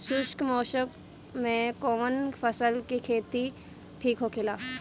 शुष्क मौसम में कउन फसल के खेती ठीक होखेला?